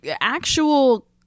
actual